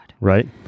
right